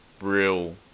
real